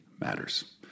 matters